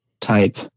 type